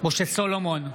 משה סולומון,